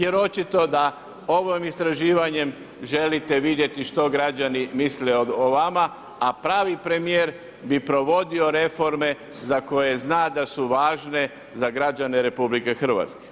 Jer očito da ovim istraživanjem želite vidjeti što građani misle o vama, a pravi premijer bi provodio reforme za koje zna da su važne za građane Republike Hrvatske.